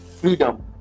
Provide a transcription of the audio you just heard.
freedom